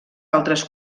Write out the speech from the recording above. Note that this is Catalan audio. altres